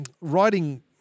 writing